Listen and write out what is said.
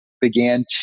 began